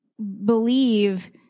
Believe